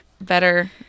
better